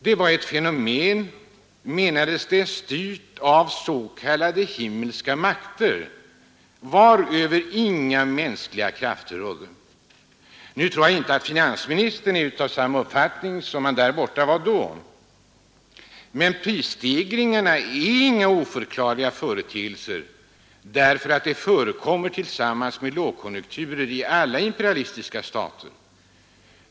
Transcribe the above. Det var ett fenomen, menades det, styrt av s.k. himmelska makter över vilka inga mänskliga krafter rådde. Nu tror jag inte att finansministern är av samma uppfattning som man den gången var i USA. Men prisstegringarna är inga oförklarliga företeelser; de förekommer tillsammans med lågkonjunkturer i alla imperialistiska stater.